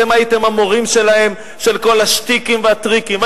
אתם הייתם המורים שלהם של כל השטיקים והטריקים.